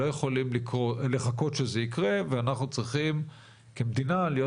לא יכולים לחכות שזה יקרה ואנחנו צריכים כמדינה להיות